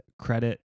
credit